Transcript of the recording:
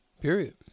Period